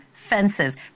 Fences